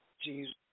Jesus